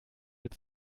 mit